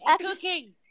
cooking